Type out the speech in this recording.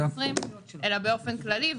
אלא באופן כללי,